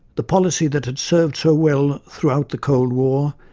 the policy that had served so well throughout the cold war,